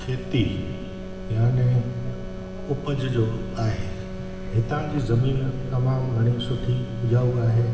खेती याने उपज जो आहे हितां जी ज़मीन तमामु घणी सुठी उपजाऊ आहे